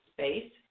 Space